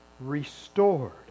restored